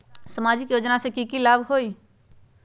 सामाजिक योजना से की की लाभ होई?